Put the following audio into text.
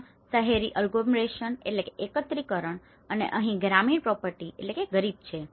ત્યાં શેહરી agglomeration agglomeration એકત્રીકરણ અને અહીં ગ્રામીણ પોવર્ટી poverty ગરીબી છે